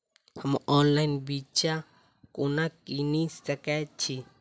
हम ऑनलाइन बिच्चा कोना किनि सके छी?